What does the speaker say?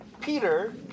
Peter